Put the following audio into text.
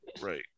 Right